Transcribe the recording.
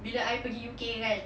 bila I pergi U_K kan